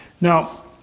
Now